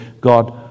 God